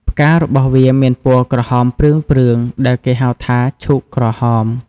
ផ្ការបស់វាមានពណ៌ក្រហមព្រឿងៗ ដែលគេហៅថា ឈូកក្រហម។